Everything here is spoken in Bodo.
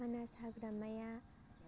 मानास हाग्रामाया